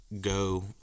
go